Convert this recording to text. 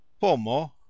Pomo